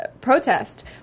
protest